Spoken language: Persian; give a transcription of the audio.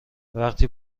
وقتی